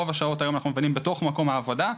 רוב השעות אנחנו בתוך מקום העבודה.